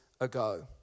ago